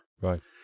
Right